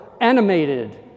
animated